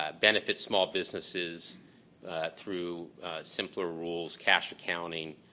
ah benefit small businesses through simpler rules, cash accounting,